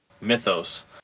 mythos